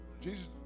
Jesus